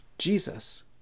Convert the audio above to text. Jesus